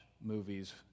movies